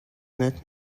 net